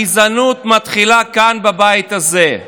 הגזענות מתחילה כאן, בבית הזה.